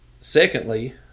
Secondly